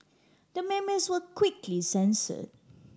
the memes were quickly censor